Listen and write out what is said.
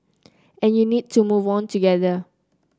and you need to move together